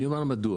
אני אומר מדוע.